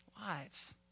lives